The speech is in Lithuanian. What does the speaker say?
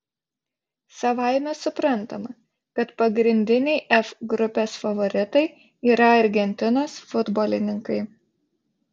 savaime suprantama kad pagrindiniai f grupės favoritai yra argentinos futbolininkai